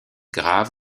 grave